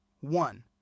One